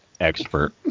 expert